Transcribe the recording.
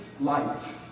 light